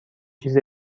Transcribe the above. چیز